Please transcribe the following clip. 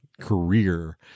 career